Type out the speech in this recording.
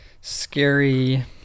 scary